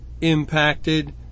impacted